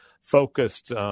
focused